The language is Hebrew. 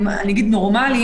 אני אגיד נורמליים,